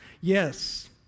Yes